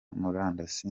murandasi